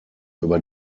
über